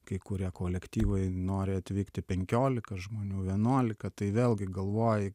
kai kurie kolektyvai nori atvykti penkiolika žmonių vienuolika tai vėlgi galvoji